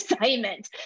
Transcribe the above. assignment